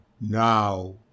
Now